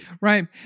Right